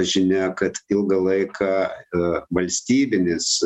žinia kad ilgą laiką valstybinis